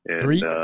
Three